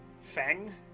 fang